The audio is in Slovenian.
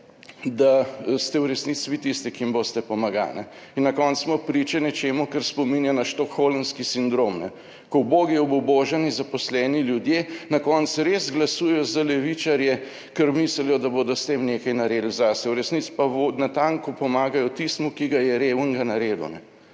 da ste v resnici vi tisti, ki jim boste pomagali. In na koncu smo priča nečemu, kar spominja na stockholmski sindrom, ko ubogi obubožani zaposleni ljudje na koncu res glasujejo za levičarje, ker mislijo, da bodo s tem nekaj naredili zase, v resnici pa natanko pomagajo tistemu, ki ga je revnega naredil,